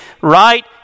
right